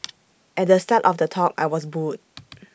at the start of the talk I was booed